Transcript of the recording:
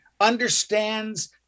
understands